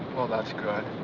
that's good.